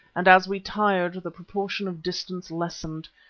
and as we tired the proportion of distance lessened.